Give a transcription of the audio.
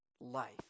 life